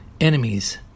enemies